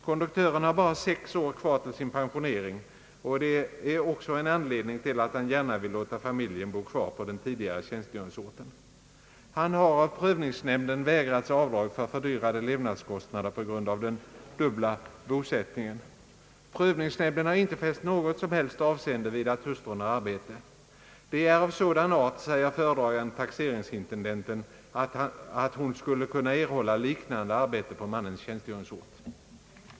Konduktören har bara sex år kvar till sin pensionering, och det är också en anledning till att han gärna vill låta familjen bo kvar på den tidigare tjänstgöringsorten. Han har av prövningsnämnden vägrats avdrag för fördyrade levnadskostnader på grund av den dubbla bosättningen. Prövningsnämnden har irte fäst något som helst avseende vid att hustrun har arbete på bosättningsorten. Det är av sådan art, säger föredragande taxeringsintendenten, att hon skulle kunna erhålla liknande arbete på mannens tjänstgöringsort.